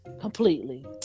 completely